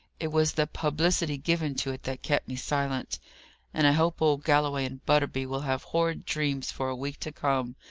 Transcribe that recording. it was the publicity given to it that kept me silent and i hope old galloway and butterby will have horrid dreams for a week to come,